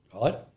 right